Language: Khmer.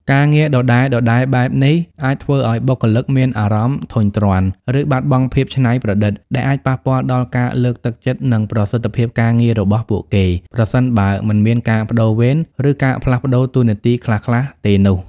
ការងារដដែលៗបែបនេះអាចធ្វើឲ្យបុគ្គលិកមានអារម្មណ៍ធុញទ្រាន់ ឬបាត់បង់ភាពច្នៃប្រឌិត ដែលអាចប៉ះពាល់ដល់ការលើកទឹកចិត្ត និងប្រសិទ្ធភាពការងាររបស់ពួកគេ ប្រសិនបើមិនមានការប្តូរវេន ឬការផ្លាស់ប្តូរតួនាទីខ្លះៗទេនោះ។